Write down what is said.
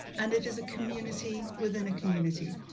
and it is a community within a community.